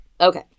Okay